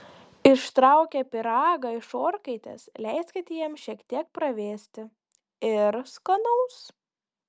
ištraukę pyragą iš orkaitės leiskite jam šiek tiek pravėsti ir skanaus